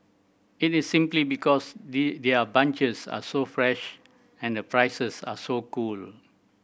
it is simply because they their bunches are so fresh and the prices are so cool